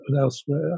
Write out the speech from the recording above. elsewhere